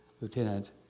Lieutenant